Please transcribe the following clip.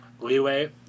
leeway